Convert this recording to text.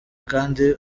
kandi